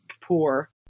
poor